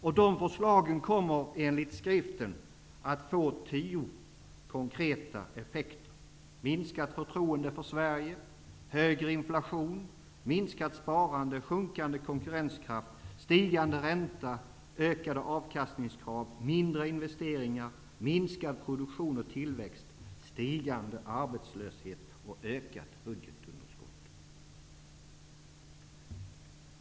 Dessa förslag kommer enligt skriften att få tio konkreta effekter: minskat förtroende för Sverige, högre inflation, minskat sparande, sjunkande konkurrenskraft, stigande ränta, ökade avkastningskrav, mindre investeringar, minskad produktion och tillväxt, stigande arbetslöshet samt ökat budgetunderskott.